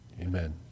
amen